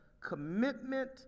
commitment